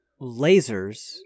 lasers